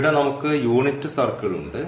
ഇവിടെ നമുക്ക് unit circle ഉണ്ട്